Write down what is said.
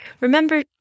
Remember